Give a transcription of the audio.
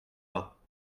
bas